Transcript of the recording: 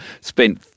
spent